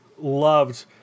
loved